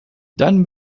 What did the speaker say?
dann